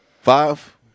Five